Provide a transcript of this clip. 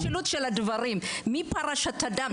--- ההשתלשלות של הדברים מפרשת הדם.